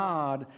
God